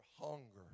hunger